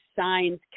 signs